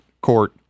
court